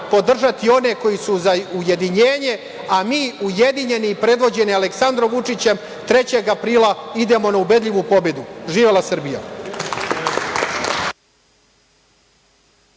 podržati one koji su za ujedinjenje, a mi ujedinjeni i predvođeni Aleksandrom Vučićem 3. aprila idemo na ubedljivu pobedu. Živela Srbija!